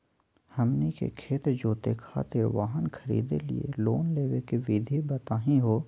हमनी के खेत जोते खातीर वाहन खरीदे लिये लोन लेवे के विधि बताही हो?